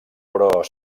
però